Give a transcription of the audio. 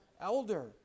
elder